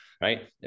right